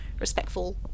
respectful